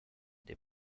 des